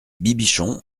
bibichon